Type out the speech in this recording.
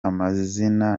amazina